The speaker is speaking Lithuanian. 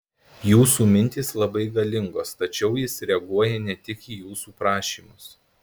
jūsų mintys labai galingos tačiau jis reaguoja ne tik į jūsų prašymus